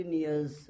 years